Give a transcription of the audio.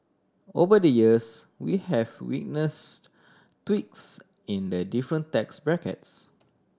over the years we have witnessed tweaks in the different tax brackets